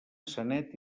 sanet